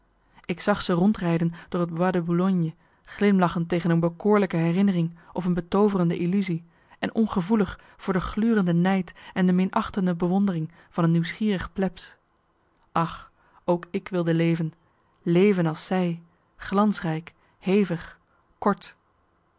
ik zag ze rondrijden door het bois de boulogne glimlachend tegen een bekoorlijke herinnering of een betooverende illusie en ongevoelig voor de glurende nijd en de minachtende bewondering van een nieuwsgierig plebs ach ook ik wilde leven leven als zij glansrijk hevig kort